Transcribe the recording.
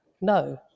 no